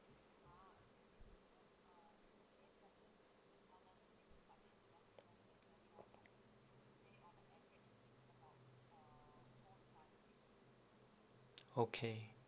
okay